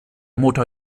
motor